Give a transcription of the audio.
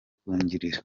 kungirira